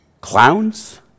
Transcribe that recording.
Clowns